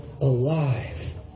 alive